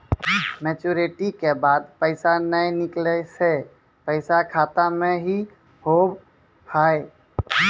Maturity के बाद पैसा नए निकले से पैसा खाता मे की होव हाय?